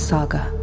Saga